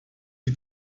die